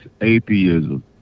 atheism